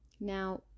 Now